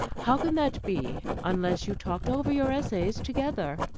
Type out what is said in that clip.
how could that be, unless you talked over your essays together?